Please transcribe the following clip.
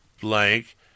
blank